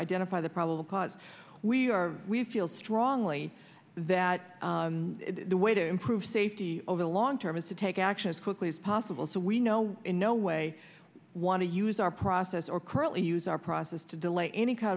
identify the probable cause we are we feel strongly that the way to improve safety over the long term is to take action as quickly as possible so we know in no way want to use our process or currently use our process to delay any kind